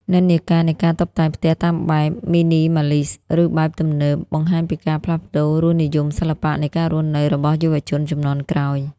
និន្នាការនៃការតុបតែងផ្ទះតាមបែប Minimalist ឬបែបទំនើប បង្ហាញពីការផ្លាស់ប្តូររសនិយមសិល្បៈនៃការរស់នៅរបស់យុវជនជំនាន់ក្រោយ។